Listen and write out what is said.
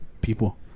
people